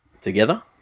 together